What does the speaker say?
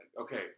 okay